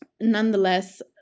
Nonetheless